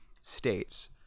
states